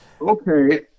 okay